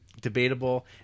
debatable